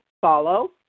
follow